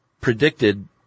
predicted